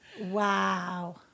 Wow